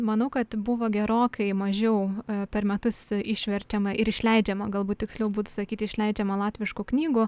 manau kad buvo gerokai mažiau per metus išverčiama ir išleidžiama galbūt tiksliau būtų sakyt išleidžiama latviškų knygų